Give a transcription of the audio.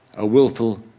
a wilful,